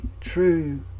true